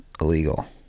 illegal